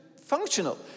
functional